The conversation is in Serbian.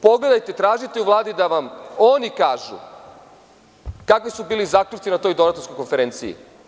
Pogledajte, tražite od Vlade da vam oni kažu kakvi su bili zaključci na toj donatorskoj konferenciji.